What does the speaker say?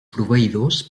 proveïdors